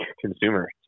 consumer